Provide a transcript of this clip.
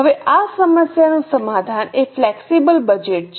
હવે આ સમસ્યાનું સમાધાન એ ફ્લેક્સિબલ બજેટ છે